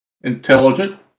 intelligent